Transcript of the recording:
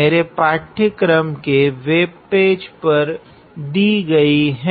मेरे पाठ्यक्रम के वेबपेज पर दीगई हैं